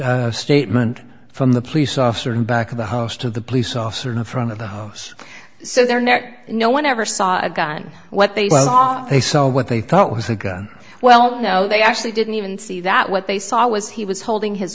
statement from the police officer who's back of the house to the police officer in front of the house so their net no one ever saw a gun what they saw they saw what they thought was a gun well no they actually didn't even see that what they saw was he was holding his